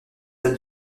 don